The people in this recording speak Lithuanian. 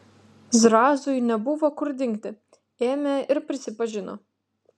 zrazui nebuvo kur dingti ėmė ir prisipažino